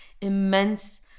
immense